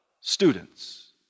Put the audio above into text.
students